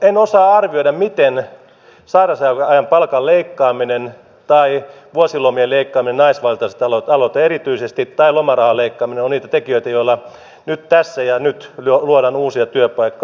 en osaa arvioida miten sairausajan palkan leikkaaminen tai vuosilomien leikkaaminen naisvaltaisilta aloilta erityisesti tai lomarahan leikkaaminen ovat niitä tekijöitä joilla tässä ja nyt luodaan uusia työpaikkoja